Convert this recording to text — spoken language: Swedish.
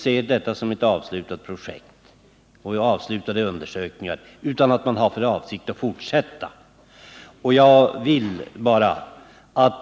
ser detta som en avslutad undersökning, utan man har för avsikt att fortsätta.